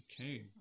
okay